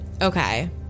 Okay